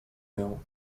miał